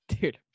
Dude